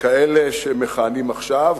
כאלה שמכהנים עכשיו,